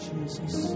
Jesus